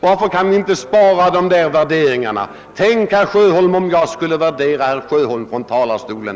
Varför kan inte herr Sjöholm spara på dessa värderingar? Tänk om jag skulle börja på att värdera herr Sjöholm härifrån talarstolen!